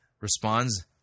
responds